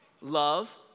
Love